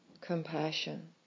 Compassion